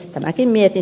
tämäkin mietin